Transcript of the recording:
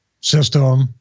system